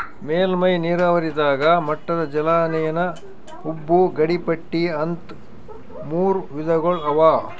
ಮೇಲ್ಮೈ ನೀರಾವರಿದಾಗ ಮಟ್ಟದ ಜಲಾನಯನ ಉಬ್ಬು ಗಡಿಪಟ್ಟಿ ಅಂತ್ ಮೂರ್ ವಿಧಗೊಳ್ ಅವಾ